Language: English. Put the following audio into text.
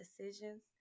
decisions